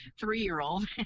three-year-old